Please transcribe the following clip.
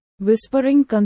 Whispering